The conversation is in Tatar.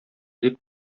дип